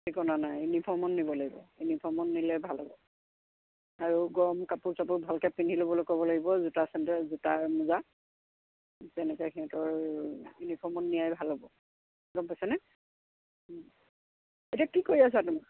ঠিকনা নাই ইউনিফৰ্মত নিব লাগিব ইউনিফৰ্মত নিলে ভাল হ'ব আৰু গৰম কাপোৰ চাপোৰ ভালকৈ পিন্ধি ল'বলৈ ক'ব লাগিব জোতা চেণ্ডেল জোতাৰ মোজা তেনেকৈ সিহঁতৰ ইউনিফৰ্মত নিয়াই ভাল হ'ব গম পাইছানে এতিয়া কি কৰি আছা তুমি